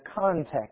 context